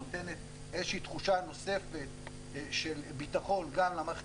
נותנת איזושהי תחושה נוספת של ביטחון גם למערכת